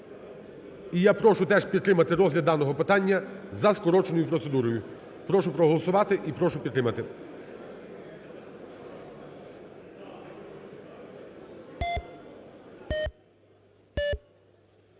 І я прошу теж підтримати розгляд даного питання за скороченою процедурою. Прошу проголосувати і прошу підтримати.